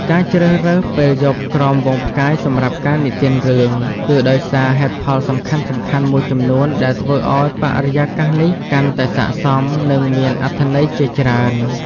ការជ្រើសរើសពេលយប់ក្រោមហ្វូងផ្កាយសម្រាប់ការនិទានរឿង គឺដោយសារហេតុផលសំខាន់ៗមួយចំនួនដែលធ្វើឲ្យបរិយាកាសនេះកាន់តែស័ក្តិសម និងមានអត្ថន័យជាច្រើន ។